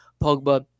Pogba